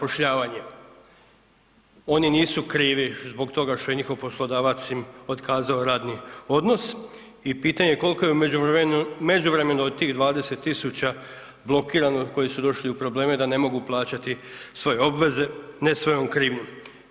Oni nisu krivi zbog toga što je njihov poslodavac im otkazao radni odnos i pitanje je koliko je u međuvremenu od tih 20 000 blokirano koji su došli u probleme da ne mogu plaćati svoje obveze ne svojom krivnjom.